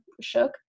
shook